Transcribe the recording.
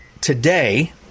today